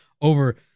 over